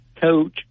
coach